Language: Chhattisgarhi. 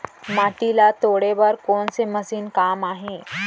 माटी ल तोड़े बर कोन से मशीन काम आही?